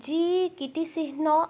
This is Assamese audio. যি কীৰ্তিচিহ্ন